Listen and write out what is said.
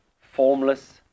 formless